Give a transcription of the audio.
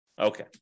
okay